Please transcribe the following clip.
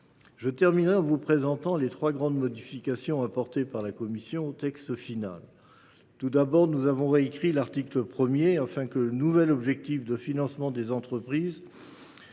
je terminerai en vous présentant les trois grandes modifications apportées par la commission au texte initial de la proposition de loi. Tout d’abord, nous avons réécrit l’article 1, afin que le nouvel objectif de financement des entreprises